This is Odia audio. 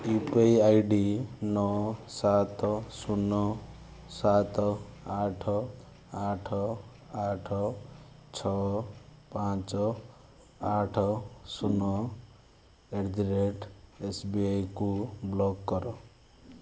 ୟୁ ପି ଆଇ ଆଇଡ଼ି ନଅ ସାତ ଶୂନ ସାତ ଆଠ ଆଠ ଆଠ ଛଅ ପାଞ୍ଚ ଆଠ ଶୂନ ଆଟ୍ ଦି ରେଟ୍ ଏସ୍ବିଆଇକୁ ବ୍ଲକ୍ କର